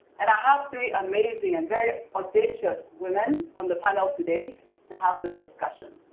and i have three amazing and very audacious women on the panel today to have this discussion.